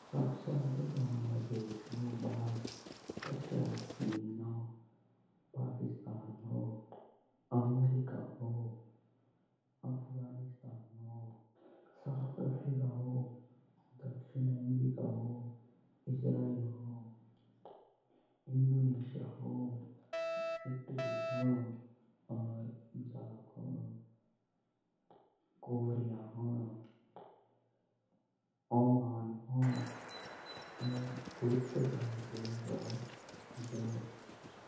सबसे आगे तो हमारी देश आओ भारत तेटक बाद आओ चीन होन पाकिस्तान होन अमेरिका होन रूस होन साउथ अफ्रीका होन इंडोनेशिया होन इराक होनो ओमान होनो भूते सारे देश होन।